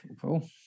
cool